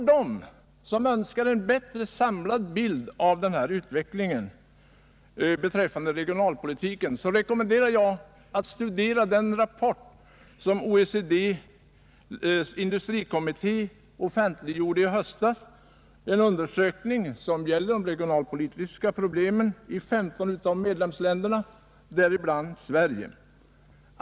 De som önskar få en bättre samlad bild av den regionalpolitiska utvecklingen rekommenderar jag att ta del av den rapport, som industrikommittén inom OECD offentliggjorde i höstas. Undersökningen omfattade regionala problem och regionalpolitik i 15 av medlemsländerna, däribland Sverige.